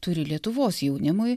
turi lietuvos jaunimui